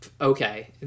okay